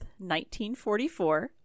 1944